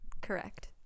Correct